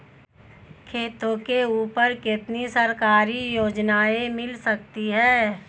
खेतों के ऊपर कितनी सरकारी योजनाएं मिल सकती हैं?